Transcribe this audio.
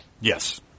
Yes